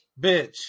Bitch